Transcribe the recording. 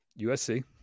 USC